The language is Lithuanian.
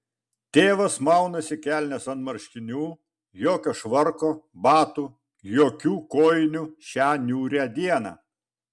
tėvas maunasi kelnes ant marškinių jokio švarko batų jokių kojinių šią niūrią dieną